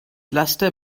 laster